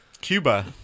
Cuba